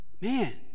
Man